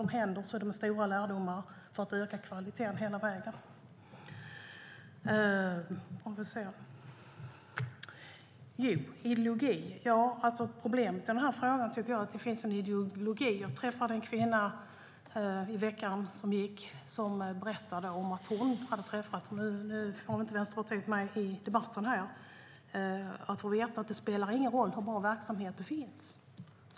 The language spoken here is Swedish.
Men när de sker ger de stora lärdomar för att öka kvaliteten hela vägen. Problemet i denna fråga tycker jag är att det finns en ideologi. Nu är inte Vänsterpartiet med i debatten, men jag träffade en kvinna i veckan som berättade att hon hade träffat någon som hade sagt: Det spelar inte någon roll hur bra verksamhet som finns.